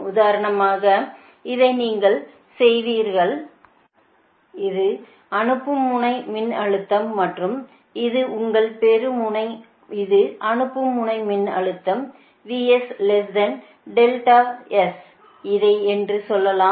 உதாரணமாக இதை நீங்களே செய்வீர்கள் இது அனுப்பும் முனை மின்னழுத்தம் மற்றும் இது உங்கள் பெறும் முனை இது அனுப்பும் முனை மின்னழுத்தம் இதை என்று சொல்லலாம்